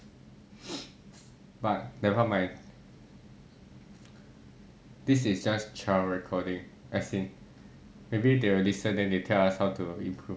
but never mind this is just trial recording as in maybe they will listen then they tell us how to improve